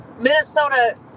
Minnesota